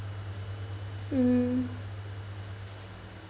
mm